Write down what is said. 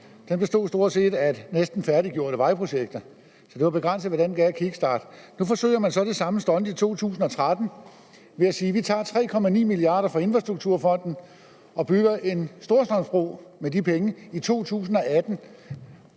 Den bestod stort set af næsten færdiggjorte vejprojekter, så det var begrænset med den der kickstart. Nu forsøger man så det samme stunt i 2013 ved at sige: Vi tager 3,9 mia. kr. fra Infrastrukturfonden og bygger en Storstrømsbro med de penge i 2018.